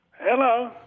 Hello